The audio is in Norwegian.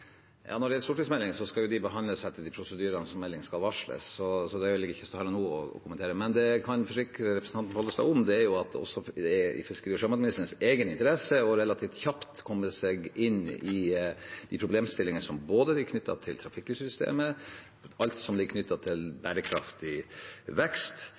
Når det gjelder stortingsmeldinger, skal jo de behandles og varsles etter de prosedyrene som meldinger skal, så det vil jeg ikke nå stå her og kommentere. Men det jeg kan forsikre representanten Pollestad om, er at det også er i fiskeri- og sjømatministerens egen interesse relativt kjapt å komme seg inn i problemstillinger som er knyttet både til trafikklyssystemet, til bærekraftig vekst og til